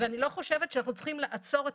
ואני לא חושבת שאנחנו צריכים לעצור את